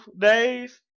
days